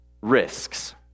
risks